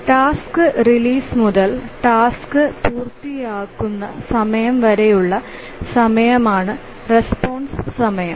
task release മുതൽ task പൂർത്തിയാക്കുന്ന സമയം വരെയുള്ള സമയമാണ് റെസ്പോൺസ് സമയം